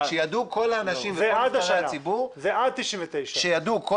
כשידעו כל האנשים וכל נבחרי הציבור --- זה עד 99'. כשידעו כל